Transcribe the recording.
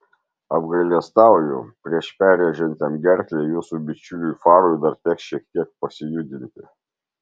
apgailestauju prieš perrėžiant jam gerklę jūsų bičiuliui farui dar teks šiek tiek pasijudinti